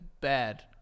bad